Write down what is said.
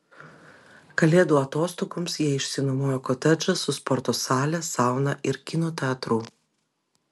kalėdų atostogoms jie išsinuomojo kotedžą su sporto sale sauna ir kino teatru